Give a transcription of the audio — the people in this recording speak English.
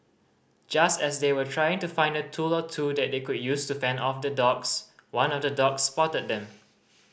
just as they were trying to find a tool or two that they could use to fend off the dogs one of the dogs spotted them